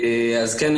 אז כן,